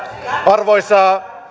arvoisa